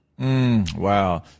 Wow